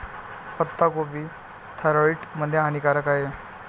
पत्ताकोबी थायरॉईड मध्ये हानिकारक आहे